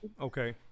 Okay